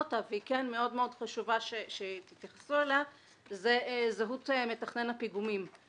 בתקנה המוצעת נקבע שמתכנן הפיגומים יהיה מי שרשאי לתכנן את המבנה.